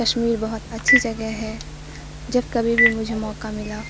کشمیر بہت اچھی جگہ ہے جب کبھی بھی مجھے موقع ملا